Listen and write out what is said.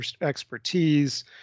expertise